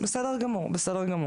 בסדר גמור.